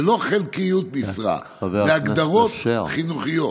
זה לא חלקיות משרה, זה הגדרות חינוכיות.